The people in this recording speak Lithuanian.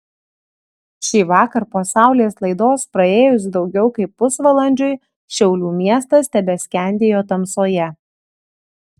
šįvakar po saulės laidos praėjus daugiau kaip pusvalandžiui šiaulių miestas tebeskendėjo tamsoje